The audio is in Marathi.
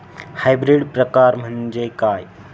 हायब्रिड प्रकार म्हणजे काय?